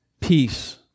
Peace